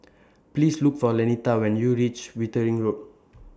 Please Look For Lanita when YOU REACH Wittering Road